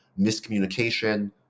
miscommunication